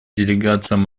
делегациям